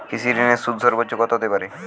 কৃষিঋণের সুদ সর্বোচ্চ কত হতে পারে?